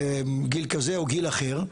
גיל כזה או גיל אחר,